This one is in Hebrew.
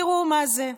תראו מה זה.